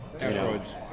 asteroids